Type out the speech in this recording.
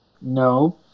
No